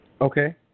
Okay